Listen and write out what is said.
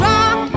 Rock